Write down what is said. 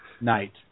night